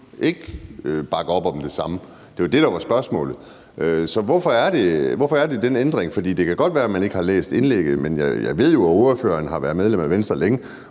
ikke bakker op om det samme. Det var jo det, der var spørgsmålet. Så hvorfor er der den ændring? For det kan godt være, at man ikke har læst indlægget, men jeg ved, at ordføreren har været medlem af Venstre længe,